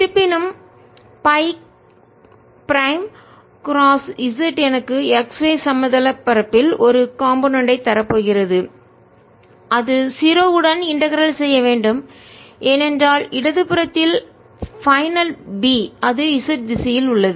இருப்பினும் Φஃபை prime cross z எனக்கு x y சமதள பரப்பு தட்டையான பரப்பு ல் ஒரு காம்போனன்ட் கூறு ஐ தரப்போகிறது அது 0 உடன் இன்டகரல் ஒருங்கிணைத்து செய்ய வேண்டும் ஏனென்றால் இடது புறத்தில் பைனல் இறுதி B அது z திசையில் உள்ளது